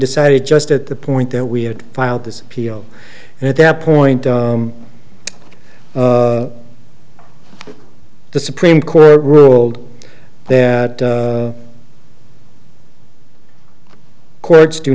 decided just at the point that we had filed this appeal and at that point the supreme court ruled that courts do